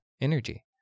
energy